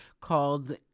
called